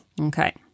Okay